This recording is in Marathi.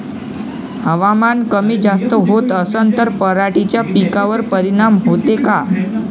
हवामान कमी जास्त होत असन त पराटीच्या पिकावर परिनाम होते का?